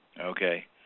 Okay